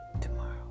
tomorrow